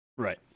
Right